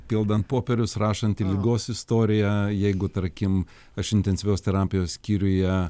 pildant popierius rašant į ligos istoriją jeigu tarkim aš intensyvios terapijos skyriuje